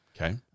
Okay